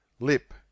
Lip